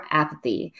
apathy